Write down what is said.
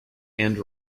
and